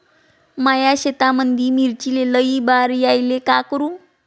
माया शेतामंदी मिर्चीले लई बार यायले का करू?